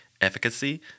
Efficacy